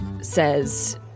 Says